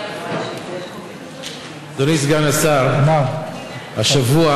אדוני סגן השר, השבוע